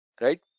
right